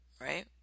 right